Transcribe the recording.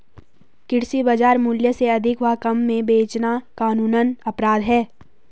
कृषि बाजार मूल्य से अधिक व कम में बेचना कानूनन अपराध है